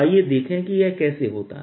आइए देखें कि यह कैसे होता है